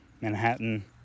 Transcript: Manhattan